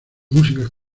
música